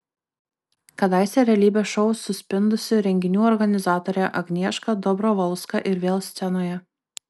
kadaise realybės šou suspindusi renginių organizatorė agnieška dobrovolska ir vėl scenoje